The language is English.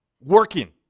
working